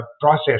process